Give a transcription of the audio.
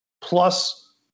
plus